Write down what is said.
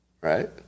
Right